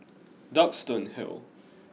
Duxton Hill